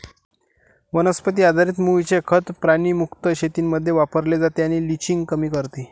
वनस्पती आधारित मूळचे खत प्राणी मुक्त शेतीमध्ये वापरले जाते आणि लिचिंग कमी करते